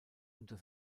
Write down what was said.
unter